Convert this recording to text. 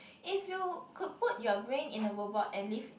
if you could put your brain in a robot and leave